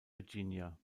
virginia